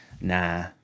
nah